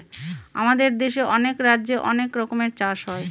আমাদের দেশে অনেক রাজ্যে অনেক রকমের চাষ হয়